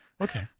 Okay